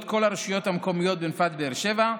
כל הרשויות המקומיות בנפת באר שבע,